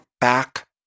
back